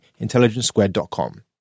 intelligencesquared.com